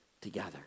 together